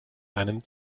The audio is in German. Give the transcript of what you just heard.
einem